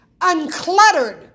uncluttered